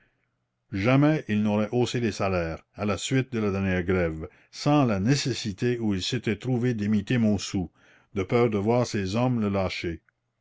jamais il n'aurait haussé les salaires à la suite de la dernière grève sans la nécessité où il s'était trouvé d'imiter montsou de peur de voir ses hommes le lâcher